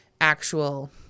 actual